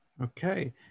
okay